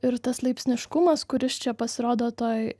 ir tas laipsniškumas kuris čia pasirodo toj